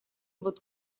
вот